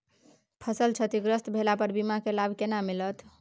फसल क्षतिग्रस्त भेला पर बीमा के लाभ केना मिलत?